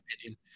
opinion